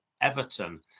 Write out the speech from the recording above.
everton